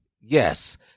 Yes